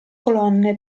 colonne